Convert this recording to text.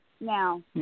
Now